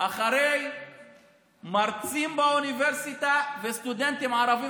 אחרי מרצים באוניברסיטה וסטודנטים ערבים